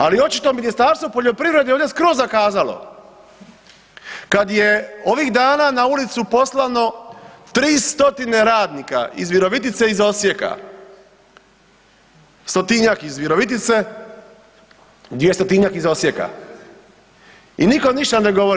Ali očito Ministarstvo poljoprivrede je ovdje skroz zakazalo kad je ovih dana na ulicu poslano 300 radnika iz Virovitice i iz Osijeka, 100-tinjak iz Virovitice, 200-tinjak iz Osijeka i niko ništa ne govori.